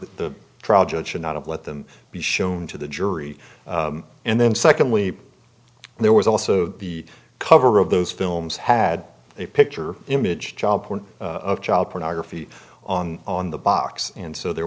the trial judge should not have let them be shown to the jury and then secondly there was also the cover of those films had a picture image job point of child pornography on on the box and so there